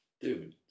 Dude